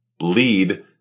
lead